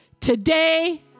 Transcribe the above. Today